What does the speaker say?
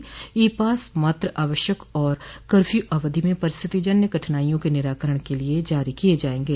ई pass मात्र आवश्यक व कर्फ्यू अवधि में परिस्थितिजन्य कठिनाइयों के निराकरण के लिये जारी किये जायेंगे